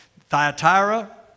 Thyatira